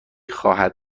خواهد